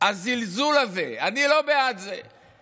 הזלזול הזה, אני לא בעד זה.